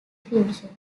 future